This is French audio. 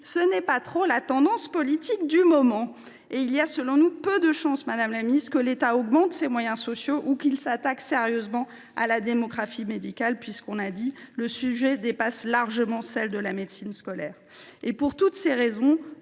ce n’est pas trop la tendance politique du moment ! Il y a selon nous peu de chances, madame la ministre, que l’État augmente ses moyens sociaux ou qu’il s’attaque sérieusement à la démographie médicale. Nous l’avons dit, le sujet dépasse largement celui de la médecine scolaire. Pour toutes ces raisons,